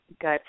good